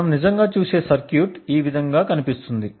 మనము నిజంగా చూసే సర్క్యూట్ ఈ విధంగా కనిపిస్తుంది